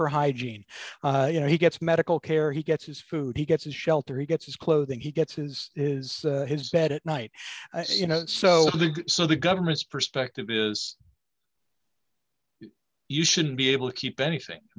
for hygiene you know he gets medical care he gets his food he gets his shelter he gets his clothing he gets his is his bed at night you know and so so the government's perspective is you shouldn't be able to keep anything i